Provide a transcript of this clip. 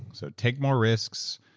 so take more risks.